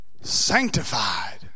sanctified